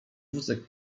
wózek